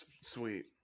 sweet